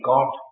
God